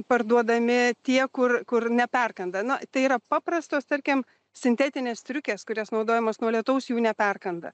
parduodami tie kur kur neperkanda na tai yra paprastos tarkim sintetinės striukės kurios naudojamos nuo lietaus jų neperkanda